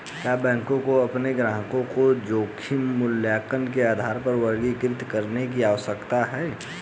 क्या बैंकों को अपने ग्राहकों को जोखिम मूल्यांकन के आधार पर वर्गीकृत करने की आवश्यकता है?